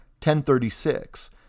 1036